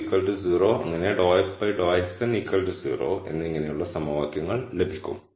∂f ∂x2 0 ∂f ∂xn 0 എന്നിങ്ങനെ സമവാക്യങ്ങൾ ലഭിക്കും